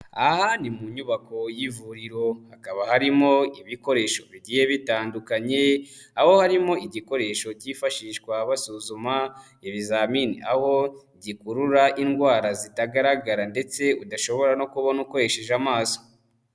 Aha ni mu nyubako y'ivuriro, hakaba harimo ibikoresho bigiye bitandukanye, aho harimo igikoresho cyifashishwa basuzuma, ibizamini. Aho gikurura indwara zitagaragara ndetse udashobora no kubona ukoresheje amaso.